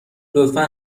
لطفا